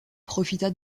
profita